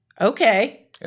Okay